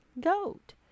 goat